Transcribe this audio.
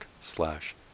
slash